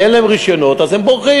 מניח שאין להם רישיונות, אז הם בורחים.